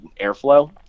airflow